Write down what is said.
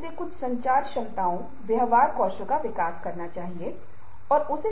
श्वेत महिलाओं को इस पर बहुत बारीकी से देखकर अपनी आक्रामकता प्रदर्शित कर रहा है